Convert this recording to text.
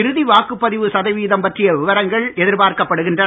இறுதி வாக்குப் பதிவு சதவிகிதம் பற்றிய விவரங்கள் எதிர்பார்க்கப்படுகின்றன